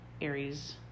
Aries